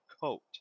coat